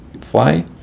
fly